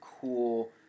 cool